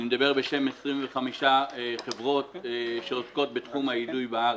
אני מדבר בשם 25 חברות שעוסקות בתחום האידוי בארץ.